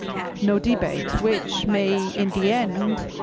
no debate, which may, in the end,